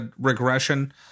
regression